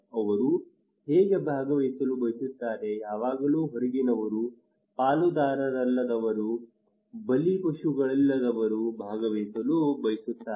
ಅವರು ಹೇಗೆ ಭಾಗವಹಿಸಲು ಬಯಸುತ್ತಾರೆ ಯಾವಾಗಲೂ ಹೊರಗಿನವರು ಪಾಲುದಾರರಲ್ಲದವರು ಬಲಿಪಶುಗಳಲ್ಲದವರು ಭಾಗವಹಿಸಲು ಬಯಸುತ್ತಾರೆ